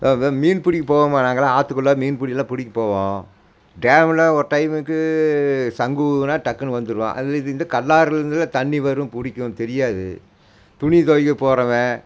மீன் புடிக்க போவோம்மா நாங்களெல்லாம் ஆத்துக்குள்ள மீன் புடிலாம் பிடிக்க போவோம் டேமில் ஒரு டைமுக்கு சங்கு ஊதுனா டக்குனு வந்துடலாம் அதில் இந்த கல்லாறுலேருந்துலாம் தண்ணி வரும் பிடிக்கும் தெரியாது துணி துவைக்க போகிறவன்